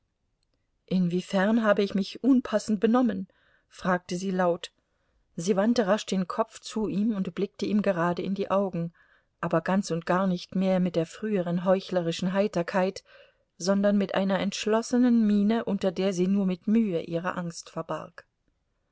inwiefern habe ich mich unpassend benommen fragte sie laut sie wandte rasch den kopf zu ihm und blickte ihm gerade in die augen aber ganz und gar nicht mehr mit der früheren heuchlerischen heiterkeit sondern mit einer entschlossenen miene unter der sie nur mit mühe ihre angst verbarg